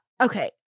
okay